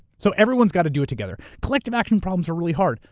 so everyone's got to do it together. collective action problems are really hard,